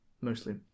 mostly